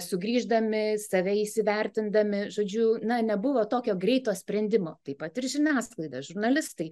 sugrįždami į save įsivertindami žodžiu na nebuvo tokio greito sprendimo taip pat ir žiniasklaida žurnalistai